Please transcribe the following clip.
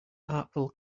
artful